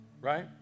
right